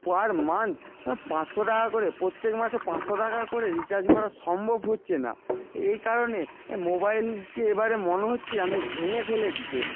পার month পাঁচশো টাকা করে প্রত্যেক মাসে পাঁসশো টাকা করে রিচার্জ করা সম্ভব হচ্ছে না এই কারণে মোবাইলকে এবারে মনে হচ্ছে আমি ভেঙে ফেলে দিতে